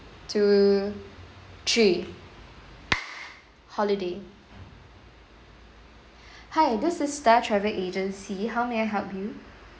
two three holiday hi this is star travel agency how may I help you